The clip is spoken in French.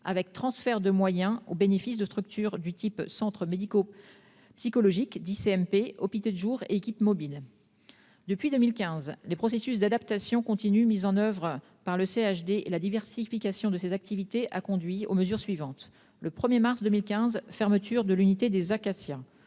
avec transfert de moyens au bénéfice de structures de type « centres médico-psychologiques » (CMP), hôpitaux de jour et équipes mobiles. Depuis 2015, les processus d'adaptation continus mis en oeuvre par le CHD et la diversification de ses activités ont conduit aux mesures suivantes : le 1 mars 2015, fermeture de l'unité des Acacias